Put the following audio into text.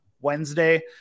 Wednesday